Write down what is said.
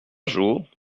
jour